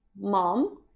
mom